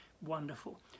wonderful